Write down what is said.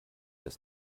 des